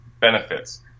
benefits